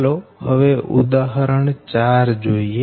ચાલો હવે ઉદાહરણ 4 જોઈએ